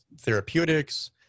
therapeutics